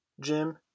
jim